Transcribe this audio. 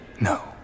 No